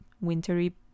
wintery